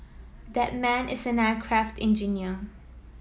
that man is an aircraft engineer